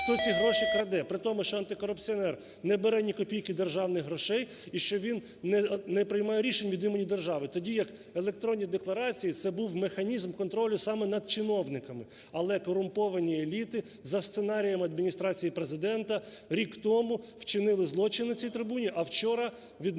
хто ці гроші краде, при тому, що антикорупціонер не бере ні копійки державних грошей і що він не приймає рішень від імені держави. Тоді як електронні декларації це був механізм контролю саме над чиновниками. Але корумповані еліти за сценарієм Адміністрації Президента рік тому вчинили злочин на цій трибуні, а вчора відмовились